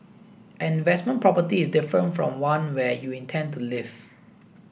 an investment property is different from one where you intend to live